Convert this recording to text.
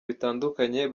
bitandukanye